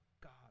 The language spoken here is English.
God